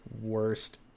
worst